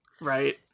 right